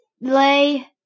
lay